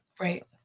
Right